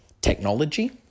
technology